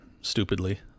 stupidly